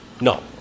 No